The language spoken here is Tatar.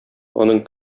аның